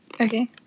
Okay